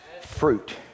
fruit